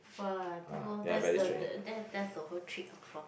!wah! so that's the that that's the whole trick or for